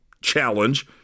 challenge